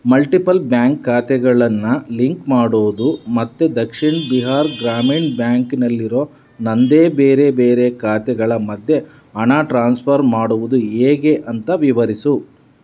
multiple bank ಖಾತೆಗಳನ್ನ link ಮಾಡುವುದು ಮತ್ತು ದಕ್ಷಿಣ್ ಬಿಹಾರ್ ಗ್ರಾಮೀಣ್ ಬ್ಯಾಂಕ್ನಲ್ಲಿರೋ ನನ್ನದೇ ಬೇರೆ ಬೇರೆ ಖಾತೆಗಳ ಮಧ್ಯೆ ಹಣ ಟ್ರಾನ್ಸ್ಫರ್ ಮಾಡುವುದು ಹೇಗೆ ಅಂತ ವಿವರಿಸು